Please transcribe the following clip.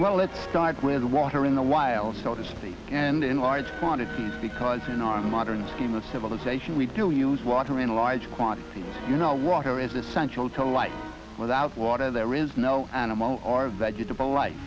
well let's start with water in the wild so to speak and in large quantities because in our modern scheme of civilization we do use water in large quantities you know water is essential to life without water there is no animal or vegetable li